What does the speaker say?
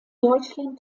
deutschland